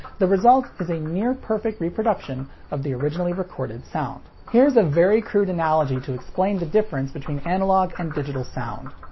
the result is a near-perfect reproduction of the originally recorded sound. here's a very crude analogy to explain the difference between analog and digital sound.